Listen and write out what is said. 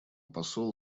посол